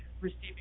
receiving